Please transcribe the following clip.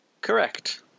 Correct